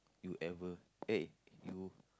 you ever eh you